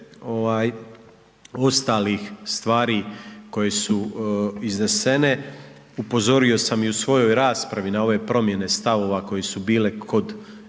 ostalih stvari koje su iznesene, upozorio sam i u svojoj raspravi na ove promjene stavova koje su bile kod SDP-a